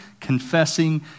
confessing